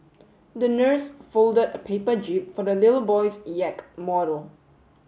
the nurse folded a paper jib for the little boy's yacht model